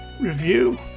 review